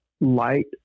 light